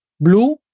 Blue